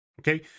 Okay